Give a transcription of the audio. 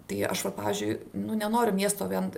tai aš vat pavyzdžiui nu nenoriu miesto vien